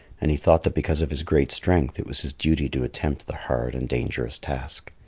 and he thought that because of his great strength, it was his duty to attempt the hard and dangerous task.